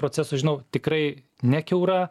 procesus žinau tikrai ne kiaura